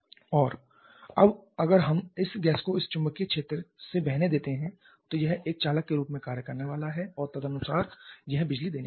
और अब अगर हम इस गैस को इस चुंबकीय क्षेत्र से बहने देते हैं तो यह एक चालक के रूप में कार्य करने वाला है और तदनुसार यह बिजली देने वाला है